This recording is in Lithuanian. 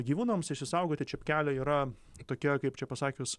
gyvūnams išsaugoti čepkelių yra tokia kaip čia pasakius